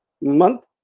month